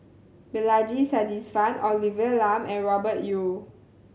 Balaji Sadasivan Olivia Lum and Robert Yeo